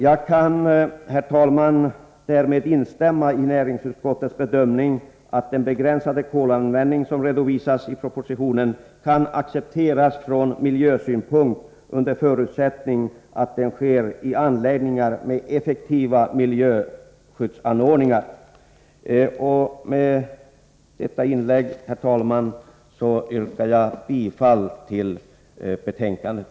Jag kan, herr talman, därmed instämma i näringsutskottets bedömning att den begränsade kolanvändning som redovisas i propositionen kan accepteras från miljösynpunkt under förutsättning att den sker i anläggningar med effektiva miljöskyddsanordningar. Med detta inlägg, herr talman, yrkar jag bifall till utskottets hemställan.